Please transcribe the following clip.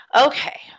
Okay